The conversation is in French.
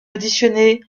auditionné